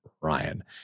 Ryan